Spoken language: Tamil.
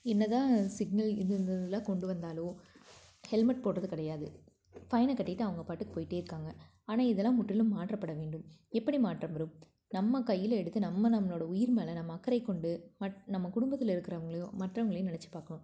என்ன தான் சிக்னல் இது இந்ததெல்லாம் கொண்டு வந்தாலோ ஹெல்மெட் போடுவது கிடையாது ஃபைனை கட்டிவிட்டு அவங்க பாட்டுக்கு போய்கிட்டே இருக்காங்க ஆனால் இதெல்லாம் முற்றிலும் மாற்ற பட வேண்டும் எப்படி மாற்றம் வரும் நம்ம கையில் எடுத்து நம்ம நம்மளோட உயிர் மேலே நம்ம அக்கறை கொண்டு மட் நம்ம குடும்பத்தில் இருக்கிறவங்களையும் மற்றவர்களையும் நினைச்சி பார்க்கணும்